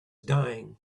dying